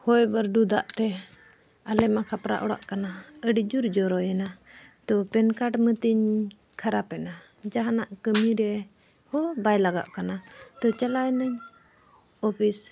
ᱦᱚᱭ ᱵᱟᱨᱰᱩ ᱫᱟᱜ ᱛᱮ ᱟᱞᱮᱢᱟ ᱠᱷᱟᱯᱨᱟ ᱚᱲᱟᱜ ᱠᱟᱱᱟ ᱟᱹᱰᱤ ᱡᱳᱨ ᱡᱚᱨᱚᱭᱮᱱᱟ ᱛᱚ ᱯᱮᱱ ᱠᱟᱨᱰ ᱢᱟᱹᱛᱤᱧ ᱠᱷᱟᱨᱟᱯ ᱮᱱᱟ ᱡᱟᱦᱟᱱᱟᱜ ᱠᱟᱹᱢᱤᱨᱮ ᱦᱚᱸ ᱵᱟᱭ ᱞᱟᱜᱟᱜ ᱠᱟᱱᱟ ᱛᱚ ᱪᱟᱞᱟᱣ ᱤᱱᱟᱹᱧ ᱚᱯᱷᱤᱥ